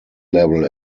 level